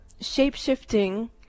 shape-shifting